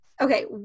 Okay